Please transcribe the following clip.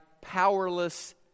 powerless